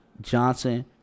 Johnson